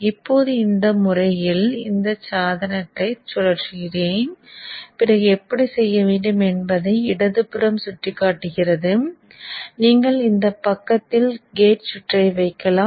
இப்போது இந்த முறையில் இந்த சாதனத்தை சுழற்றுகிறேன் பிறகு எப்படி செய்யவேண்டும் என்பதை இடதுபுறம் சுட்டிக்காட்டுகிறது நீங்கள் இந்த பக்கத்தில் கேட் சுற்றை வைக்கலாம்